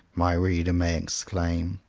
my reader may exclaim.